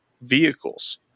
vehicles